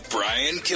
Brian